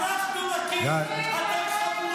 -- אני אגן על העם.